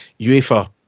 UEFA